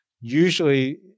usually